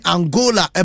Angola